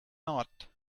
not